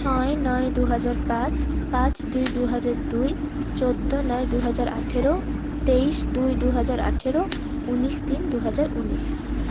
ছয় নয় দু হাজার পাঁচ পাঁচ দুই দুই হাজার দুই চৌদ্দ নয় দু হাজার আঠেরো তেইশ দুই দু হাজার আঠেরো উনিশ তিন দু হাজার উনিশ